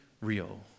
real